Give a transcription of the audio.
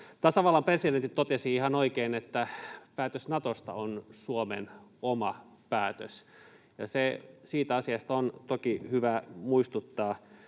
Tasavallan presidentti totesi ihan oikein, että päätös Natosta on Suomen oma päätös, ja siitä asiasta on toki hyvä muistuttaa